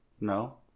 No